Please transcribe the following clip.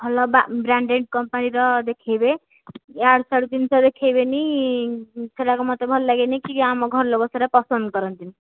ଭଲ ବ୍ରାଣ୍ଡେଡ୍ କମ୍ପାନୀର ଦେଖାଇବେ ଇଆଡ଼ୁ ସିଆଡ଼ୁ ଜିନିଷ ଦେଖାଇବେନାହିଁ ସେରାକ ମୋତେ ଭଲ ଲାଗେନାହିଁ କି ଆମ ଘର ଲୋକ ସେରା ପସନ୍ଦ କରନ୍ତିନାହିଁ